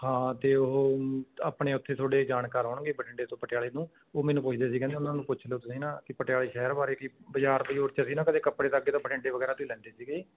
ਹਾਂ ਅਤੇ ਉਹ ਆਪਣੇ ਉੱਥੇ ਤੁਹਾਡੇ ਜਾਣਕਾਰ ਹੋਣਗੇ ਬਠਿੰਡੇ ਤੋਂ ਪਟਿਆਲੇ ਨੂੰ ਉਹ ਮੈਨੂੰ ਪੁੱਛਦੇ ਸੀ ਕਹਿੰਦੇ ਉਹਨਾਂ ਨੂੰ ਪੁੱਛ ਲਿਓ ਤੁਸੀਂ ਨਾ ਕਿ ਪਟਿਆਲੇ ਸ਼ਹਿਰ ਬਾਰੇ ਕਿ ਬਜ਼ਾਰ ਬਜ਼ੂਰ 'ਚ ਅਸੀਂ ਨਾ ਕਦੇ ਕੱਪੜੇ ਤਾਂ ਅੱਗੇ ਤਾਂ ਬਠਿੰਡੇ ਵਗੈਰਾ ਤੋਂ ਹੀ ਲੈਂਦੇ ਸੀਗੇ